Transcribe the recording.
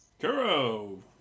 Kuro